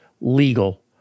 legal